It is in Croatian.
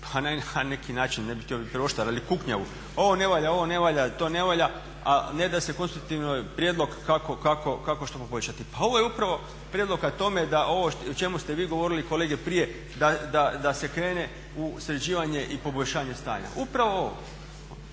na neki način ne bih htio biti preoštar ali kuknjavu, ovo ne valja, ovo ne valja, to ne valja a neda se konstruktivan prijedlog kako što poboljšati. Pa ovo je upravo prijedlog ka tome da ovo o čemu ste vid govorili i kolege prije da se krene u sređivanje i poboljšanje stanja. Upravo ovo.